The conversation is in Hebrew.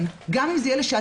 גם אם זה יהיה לשעתיים?